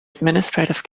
administrative